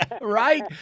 Right